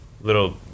little